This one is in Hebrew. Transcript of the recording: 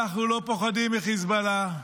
אנחנו לא פוחדים מחיזבאללה,